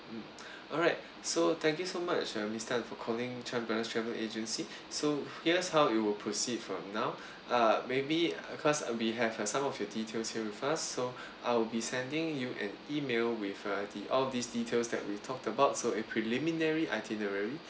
mm alright so thank you so much uh miss tan for calling chan brothers travel agency so here's how it will proceed from now uh maybe because uh we have some of your details here with us so I will be sending you an email with uh the all these details that we talked about so a preliminary itinerary